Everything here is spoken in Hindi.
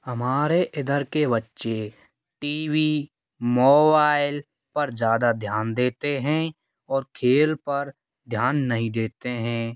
हमारे इधर के बच्चे टी वी मोबाइल पर ज़्यादा ध्यान देते हैं और खेल पर ध्यान नहीं देते हैं